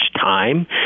time